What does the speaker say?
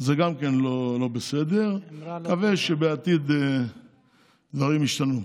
זה גם כן לא בסדר, נקווה שבעתיד דברים ישתנו.